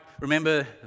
remember